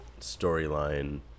storyline